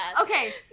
Okay